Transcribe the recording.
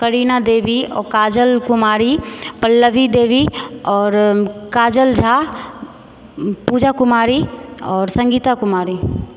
करीना देवी आओर काजल कुमारी पल्लवी देवी आओर काजल झा पूजा कुमारी आओर संगीता कुमारी